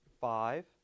five